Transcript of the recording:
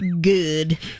Good